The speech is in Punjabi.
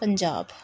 ਪੰਜਾਬ